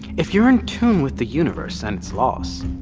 if you're in-tune with the universe and its laws,